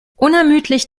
unermüdlich